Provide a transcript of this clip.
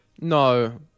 No